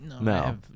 No